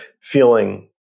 feeling